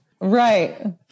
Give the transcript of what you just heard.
Right